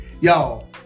Y'all